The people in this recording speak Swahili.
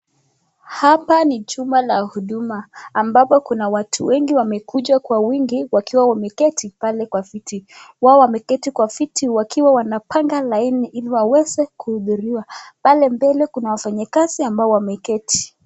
Hapa ni chumba la huduma ambapo kuna watu wengi wamekuja kwa wingi wakiwa wameketi pale kwa viti wao wameketi kwa viti wakiwa wanapanga laini ili waweze kuhudhuriwa pale mbele kuna wafanyikazi ambao wameketi.